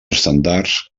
estàndards